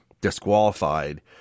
disqualified